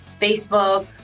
Facebook